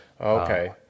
okay